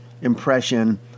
impression